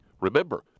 Remember